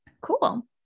Cool